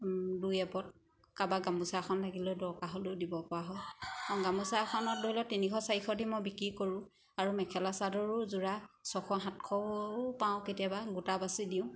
দুই এপদ কাৰোবাৰ গামোচা এখন লাগিলে দৰকাৰ হ'লেও দিবপৰা হয় আৰু গামোচাখনত ধৰি লওক তিনিশ চাৰিশ দি মই বিক্ৰী কৰোঁ আৰু মেখেলা চাদৰো যোৰা ছশ সাতশও পাওঁ কেতিয়াবা গোটা বাচি দিওঁ